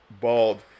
Bald